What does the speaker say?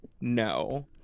No